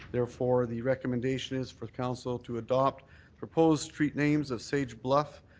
therefore, the recommendation is for council to adopt proposed street names of sage bluff,